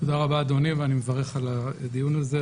תודה רבה, אדוני, ואני מברך על הדיון הזה.